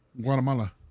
Guatemala